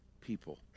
people